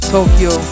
Tokyo